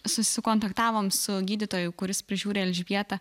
susikontaktavom su gydytoju kuris prižiūri elžbietą